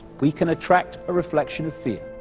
we can attract a reflection of fear.